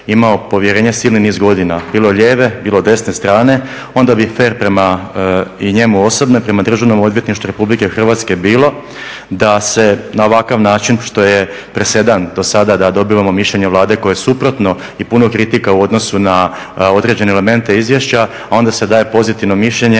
imao povjerenje silni niz godina bilo lijeve, bilo desne strane onda bi fer prema i njemu osobno, i prema Državnom odvjetništvu Republike Hrvatske bilo da se na ovakav način što je presedan dosada da dobivamo mišljenje Vlade koje je suprotno i puno kritika u odnosu na određene elemente izvješća a onda se daje pozitivno mišljenje